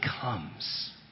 comes